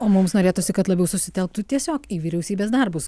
o mums norėtųsi kad labiau susitelktų tiesiog į vyriausybės darbus